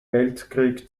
weltkrieg